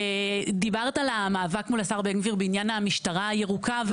דיברת על המאבק מול השר בן גביר בעניין המשטרה הירוקה.